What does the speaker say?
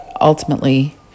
ultimately